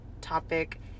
topic